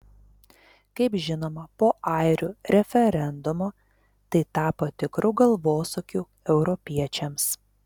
kaip žinoma po airių referendumo tai tapo tikru galvosūkiu europiečiams